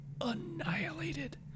annihilated